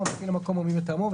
מפעיל המקום או מי מטעמו,